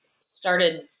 started